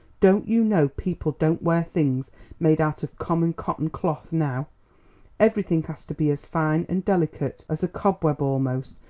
don't you know people don't wear things made out of common cotton cloth now everything has to be as fine and delicate as a cobweb almost,